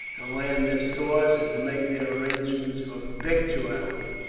to land their stores and to make their arrangements for victualling.